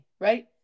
right